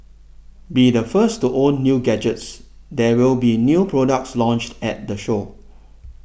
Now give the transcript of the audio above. be the first to own new gadgets there will be new products launched at the show